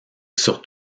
sur